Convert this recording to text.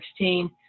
2016